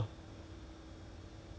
then their community case 没有 rise ah